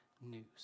news